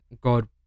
God